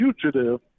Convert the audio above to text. fugitive